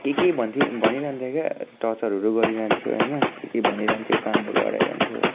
के के भन्थ्यो भनिरहन्थ्यो क्या टर्चरहरू गरिरहन्थ्यो होइन के के भनिरहन्थ्यो कामहरू अह्राइरहन्थ्यो